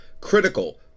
critical